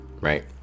right